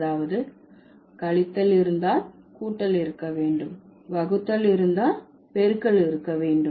அதாவது கழித்தல் இருந்தால் கூட்டல் இருக்க வேண்டும் வகுத்தல் இருந்தால் பெருக்கல் வேண்டும்